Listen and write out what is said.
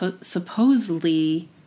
supposedly